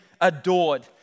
adored